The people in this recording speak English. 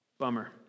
Bummer